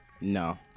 no